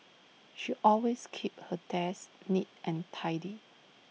she always keeps her desk neat and tidy